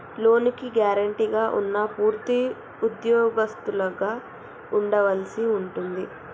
లోనుకి గ్యారెంటీగా ఉన్నా పూర్తి ఉద్యోగస్తులుగా ఉండవలసి ఉంటుంది